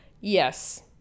Yes